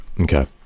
okay